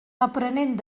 aprenent